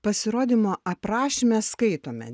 pasirodymo aprašyme skaitome